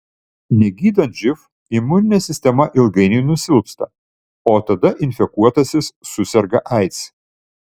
negydant živ imuninė sistema ilgainiui nusilpsta o tada infekuotasis suserga aids